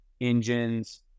engines